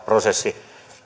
prosessi